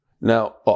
Now